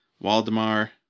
Waldemar